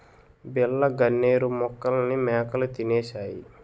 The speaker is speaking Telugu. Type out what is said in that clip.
బిళ్ళ గన్నేరు మొక్కల్ని మేకలు తినేశాయి